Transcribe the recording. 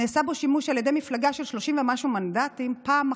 נעשה בו שימוש על ידי מפלגה של 30 ומשהו מנדטים פעם אחת.